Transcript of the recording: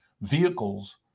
vehicles